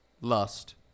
lust